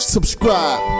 Subscribe